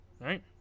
right